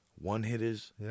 one-hitters